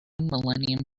millennium